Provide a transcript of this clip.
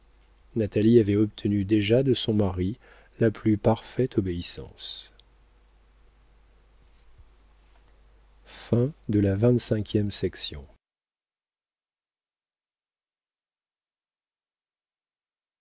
natalie avait obtenu déjà de son mari la plus parfaite obéissance